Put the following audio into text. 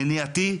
מניעתי,